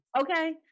Okay